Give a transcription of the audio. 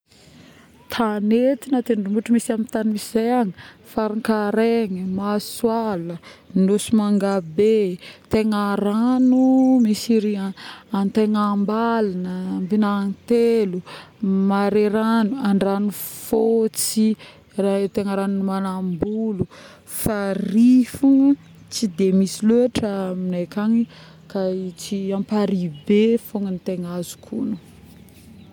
Tagnety na tendrombohitry misy amin-tagny misy zay agny: Farankaraigny, Masoala, Nosimangabe, tegna ragno misy riha_ antegnambalogna ambignanitelo, mareragno, andragnofotsy, raha tegna ragno: Manambolo, farihy fôgna tsy de misy lôtry aminay akagny ka tsy amparihibe fôgna tegna azoko ognona